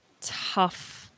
tough